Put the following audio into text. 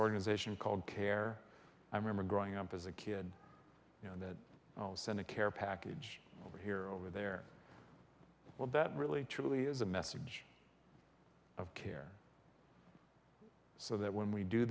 organization called care i remember growing up as a kid you know that send a care package over here over there well that really truly is a message of care so that when we do